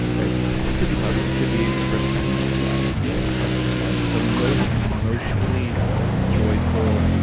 it could be puppies, it could be the first time you met your wife, you know, a hug with your mom, the most emotionally joyful,